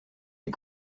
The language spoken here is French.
les